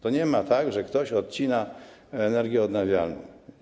To nie jest tak, że ktoś odcina energię odnawialną.